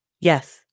Yes